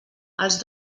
els